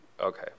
Okay